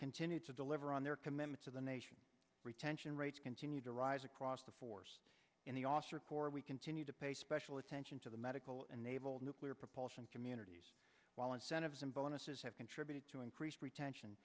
continue to deliver on their commitment to the nation retention rates continue to rise across the force in the officer corps we continue to pay special attention to the medical and naval nuclear propulsion community while incentives and bonuses have contributed to increased retention